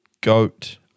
goat